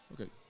Okay